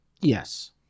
Yes